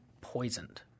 poisoned